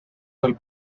del